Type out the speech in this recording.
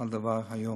הדבר היום.